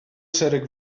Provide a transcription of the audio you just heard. szereg